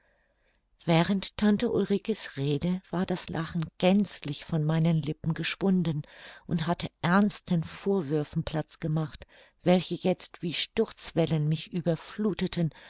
während tante ulrike's rede war das lachen gänzlich von meinen lippen geschwunden und hatte ernsten vorwürfen platz gemacht welche jetzt wie sturzwellen mich überflutheten